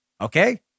Okay